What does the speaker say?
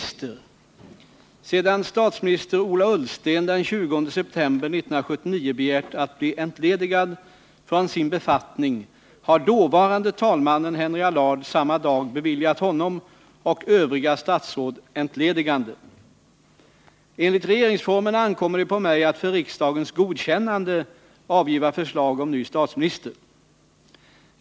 Sedan statsministern Ola Ullsten den 20 september 1979 begärt att bli entledigad från sin befattning har dåvarande talmannen Henry Allard samma dag beviljat honom och övriga statsråd entledigande. Enligt regeringsformen ankommer det på mig att för riksdagens godkännande avgiva förslag om ny statsminister.